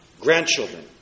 grandchildren